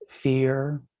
fear